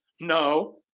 No